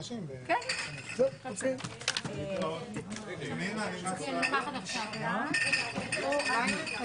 הישיבה ננעלה בשעה 15:50.